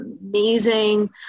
amazing